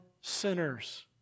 sinners